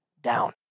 down